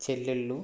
చెల్లెళ్ళు